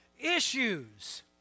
issues